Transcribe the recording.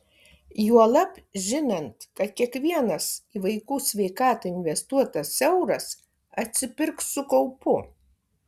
juolab žinant kad kiekvienas į vaikų sveikatą investuotas euras atsipirks su kaupu